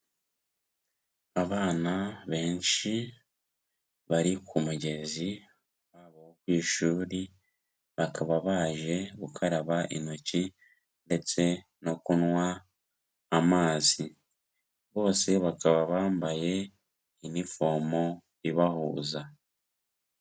Abana benshi bari ku mugezi wabo wo ku ishuri, bakaba baje gukaraba intoki, ndetse no kunywa amazi. Bose bakaba bambaye inifomu ibahuza.